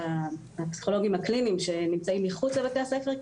הפסיכולוגים הקליניים שנמצאים מחוץ לבתי הספר,